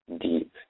deep